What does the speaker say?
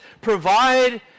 provide